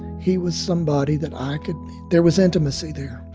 he was somebody that i could there was intimacy there.